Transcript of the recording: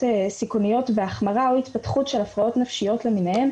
הסיכוניות והחמרה או התפתחות של הפרעות נפשיות למיניהן,